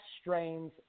strains